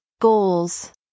goals